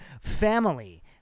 family